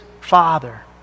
father